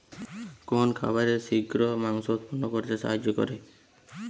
কোন খাবারে শিঘ্র মাংস উৎপন্ন করতে সাহায্য করে?